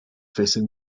facing